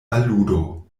aludo